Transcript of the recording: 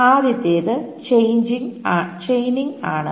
ആദ്യത്തേത് ചെയ്നിങ് ആണ്